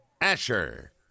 Asher